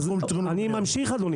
אני ממשיך, אדוני.